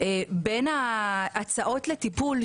בין ההצעות לטיפול,